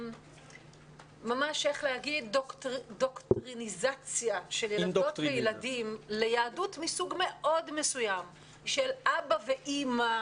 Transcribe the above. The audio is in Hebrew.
ממש דוקטריניזציה של ילדות וילדים ליהדות מסוג מאוד מסוים של אבא ואימא,